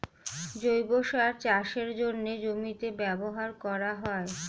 জৈব সার চাষের জন্যে জমিতে ব্যবহার করা হয়